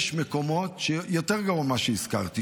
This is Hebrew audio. יש מקומות שבהם יותר גרוע ממה שהזכרתי,